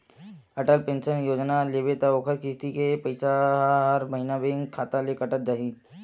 Atal pension योजना लेबे त ओखर किस्ती के पइसा ह हर महिना बेंक खाता ले कटत जाही